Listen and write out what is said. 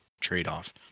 trade-off